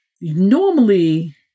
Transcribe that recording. normally